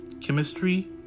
chemistry